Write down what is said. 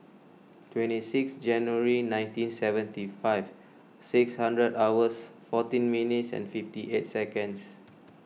twenty six January nineteen seventy five six hundred hours fourteen minutes and fifty eight seconds